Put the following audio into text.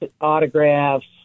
autographs